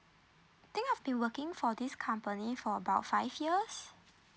think I've been working for this company for about five years